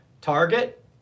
Target